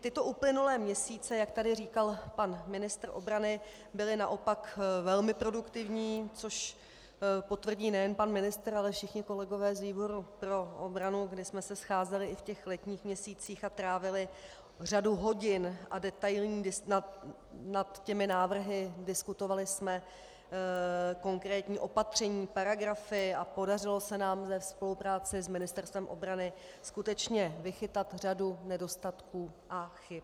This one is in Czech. Tyto uplynulé měsíce, jak tady říkal pan ministr obrany, byly naopak velmi produktivní, což potvrdí nejen pan ministr, ale všichni kolegové z výboru pro obranu, kdy jsme se scházeli i v letních měsících a trávili řadu hodin nad návrhy, diskutovali jsme konkrétní opatření, paragrafy a podařilo se nám ve spolupráci s Ministerstvem obrany skutečně vychytat řadu nedostatků a chyb.